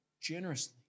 generously